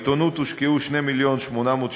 בעיתונות הושקעו 2,862,000,